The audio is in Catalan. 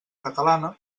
catalana